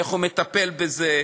איך הוא מטפל בזה,